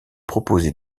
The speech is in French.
proposé